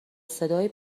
صدای